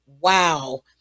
Wow